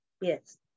Yes